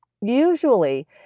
usually